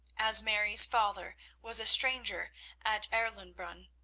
as mary's father was a stranger at erlenbrunn,